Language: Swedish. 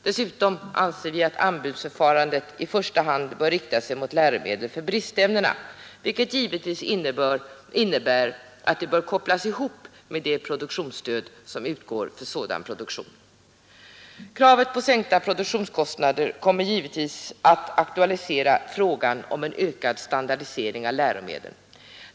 Dessutom anser vi att anbudsförfarandet i första hand bör rikta sig mot läromedel för bristämnena, vilket givetvis innebär att det bör kopplas ihop med det produktionsstöd som utgår för sådan produktion. Kravet på sänkta produktionskostnader kommer givetvis att aktualisera frågan om en ökad standardisering av läromedlen.